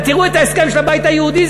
תראו את ההסכם של הבית היהודי,